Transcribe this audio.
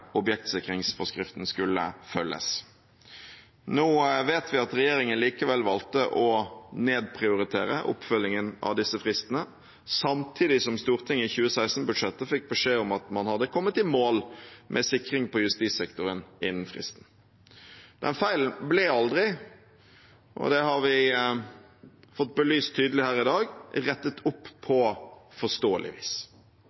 objektsikringsforskriften skulle følges. Nå vet vi at regjeringen likevel valgte å nedprioritere oppfølgingen av disse fristene, samtidig som Stortinget i 2016-budsjettet fikk beskjed om at man hadde kommet i mål med sikring på justissektoren innen fristen. Den feilen ble aldri – det har vi fått belyst tydelig her i dag – rettet opp